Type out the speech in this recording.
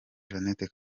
jeannette